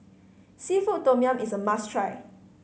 seafood tom yum is a must try